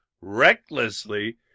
Recklessly